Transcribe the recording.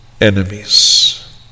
enemies